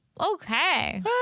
Okay